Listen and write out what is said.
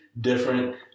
different